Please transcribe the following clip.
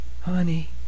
honey